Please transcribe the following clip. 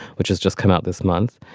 which has just come out this month.